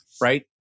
right